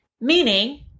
meaning